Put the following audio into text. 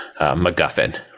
MacGuffin